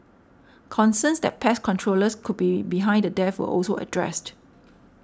concerns that pest controllers could be behind the deaths were also addressed